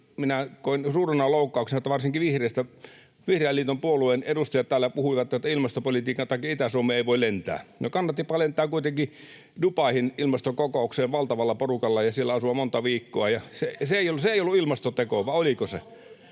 minä koin suurena loukkauksena, että varsinkin Vihreän liiton, puolueen edustajat täällä puhuivat, että ilmastopolitiikan takia Itä-Suomeen ei voi lentää. No kannattipa lentää kuitenkin Dubaihin ilmastokokoukseen valtavalla porukalla ja siellä asua monta viikkoa. [Perussuomalaisten